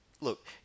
look